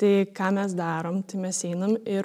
tai ką mes darom tai mes einam ir